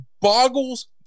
boggles